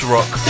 Rock